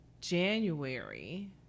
January